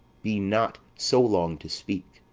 be not so long to speak.